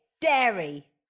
dairy